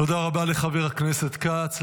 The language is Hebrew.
תודה רבה לחבר הכנסת כץ.